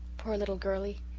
poor little girlie,